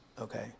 Okay